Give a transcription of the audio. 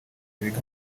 biga